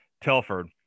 Telford